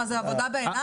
זאת עבודה בעיניים?